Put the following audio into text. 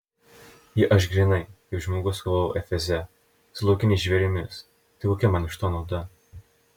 jei aš grynai kaip žmogus kovojau efeze su laukiniais žvėrimis tai kokia man iš to nauda